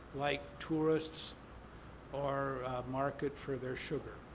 like tourists or market for their sugar.